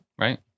right